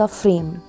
frame